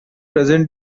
present